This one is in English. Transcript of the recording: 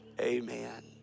Amen